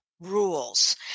rules